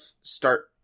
start